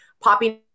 popping